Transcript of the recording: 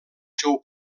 seu